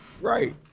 Right